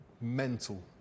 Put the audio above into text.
mental